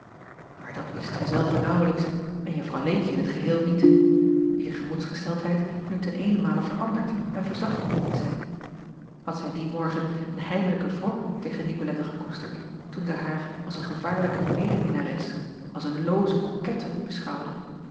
aar dat wist zij zelve naauwlijks en uffw eentje in t geheel niet wier gemoedsgesteldheid nu ten eenenmale veranderd en verzacht bleek te zijn ad zij dien morgen een heimelijken wrok tegen icolette gekoesterd toen zij haar als een gevaarlijke medeminnares als een looze kokette beschouwde